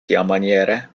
tiamaniere